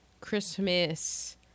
Christmas